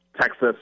Texas